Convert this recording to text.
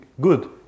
good